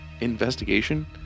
investigation